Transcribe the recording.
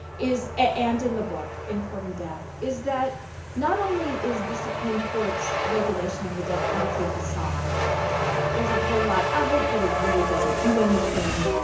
and in the book, in courting death, is that not only is the supreme court's regulation of the death penalty a facade there's a whole lot of it, but it really doesn't do anything.